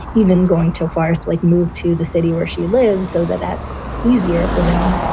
even going to a virus like move to the city where she lives so that that's easier for them,